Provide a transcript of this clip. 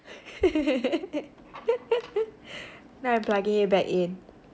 now I'm plugging it back in